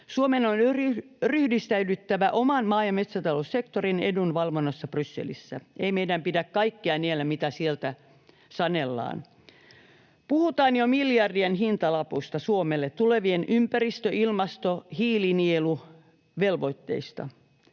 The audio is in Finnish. Suomen on ryhdistäydyttävä oman maa- ja metsätaloussektorin edunvalvonnassa Brysselissä. Ei meidän pidä kaikkea niellä, mitä sieltä sanellaan. Puhutaan jo miljardien hintalapusta Suomelle tulevissa ympäristö-, ilmasto- ja hiilinieluvelvoitteissa.